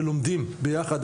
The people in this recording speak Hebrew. ולומדים ביחד.